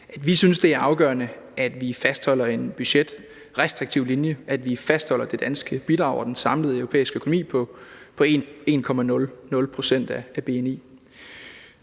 vi synes, det er afgørende, at vi fastholder en budgetrestriktiv linje, at vi fastholder det danske bidrag til den samlede europæiske økonomi på 1,00 pct.